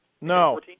No